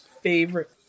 favorite